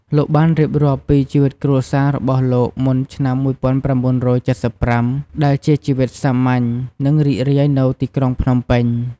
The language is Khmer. លោកបានរៀបរាប់ពី ជីវិតគ្រួសាររបស់លោកមុនឆ្នាំ ១៩៧៥ ដែលជាជីវិតសាមញ្ញ និងរីករាយនៅទីក្រុងភ្នំពេញ។